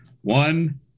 One